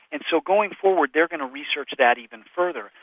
and so going forward they're going to research that even further,